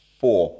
four